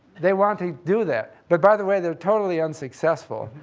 they want to do that. but, by the way, they're totally unsuccessful.